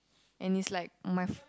and it's like my f~